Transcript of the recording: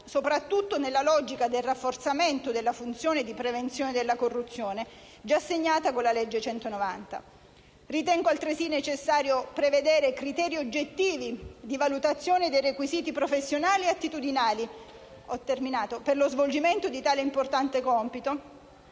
soprattutto nella logica del rafforzamento della funzione di prevenzione della corruzione già assegnata con la legge n. 190 del 2012. Ritengo altresì necessario prevedere criteri oggettivi di valutazione dei requisiti professionali ed attitudinali per lo svolgimento di tale importante compito,